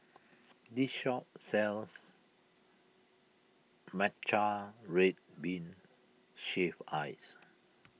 this shop sells Matcha Red Bean Shaved Ice